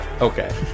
okay